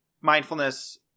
mindfulness